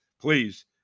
please